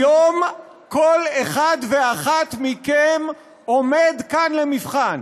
היום כל אחד ואחת מכם עומד כאן למבחן,